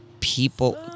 people